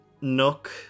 nook